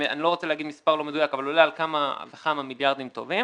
אני לא רוצה להגיד מספר לא מדויק אבל עולה על כמה וכמה מיליארדים טובים